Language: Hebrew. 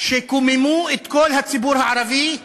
שקוממו את כל הציבור הערבי בארץ,